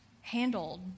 handled